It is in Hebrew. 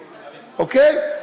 אוקיי?